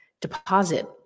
deposit